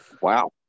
Wow